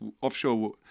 offshore